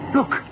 Look